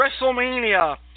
WrestleMania